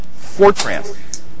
Fortran